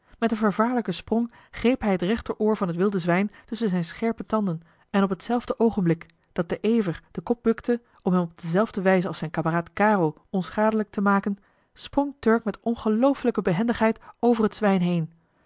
met een vervaarlijken sprong greep hij het rechteroor van het wilde zwijn tusschen zijne scherpe tanden en op hetzelfde oogenblik dat de ever den kop bukte om hem op dezelfde wijze als zijn kameraad caro onschadelijk te maken sprong turk met ongelooflijke behendigheid over het zwijn heen